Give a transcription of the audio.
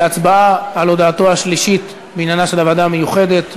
להצבעה על הודעתו השלישית בעניינה של הוועדה המיוחדת.